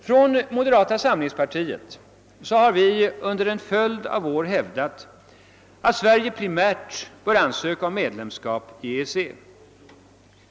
Från moderata samlingspartiet har vi under en följd av år hävdat att Sverige primärt bör ansöka om medlemskap i EEC.